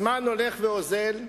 הזמן הולך ואוזל,